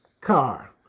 car